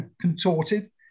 contorted